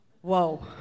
Whoa